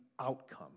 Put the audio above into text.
outcome